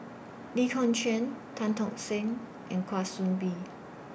Lee Kong Chian Tan Tock Seng and Kwa Soon Bee